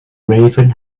raven